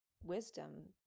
wisdom